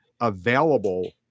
available